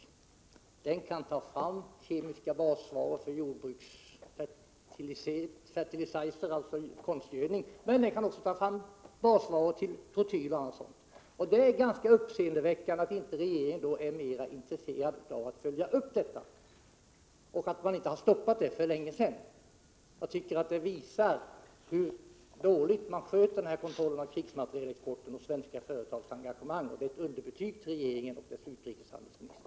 Den kan ta fram kemiska basvaror för konstgödning men också basvaror för exempelvis trotyl. Det är ganska uppseendeväckande att regeringen inte är mera intresserad av att följa upp dessa kontakter och att man inte har stoppat dem för länge sedan. Jag tycker att det visar hur dåligt regeringen sköter kontrollen av krigsmaterielexporten och svenska företags engagemang. Det är ett underbetyg till regeringen och dess utrikeshandelsminister.